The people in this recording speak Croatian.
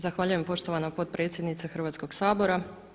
Zahvaljujem poštovana potpredsjedniče Hrvatskoga sabora.